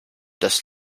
das